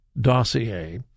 dossier